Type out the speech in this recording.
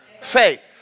faith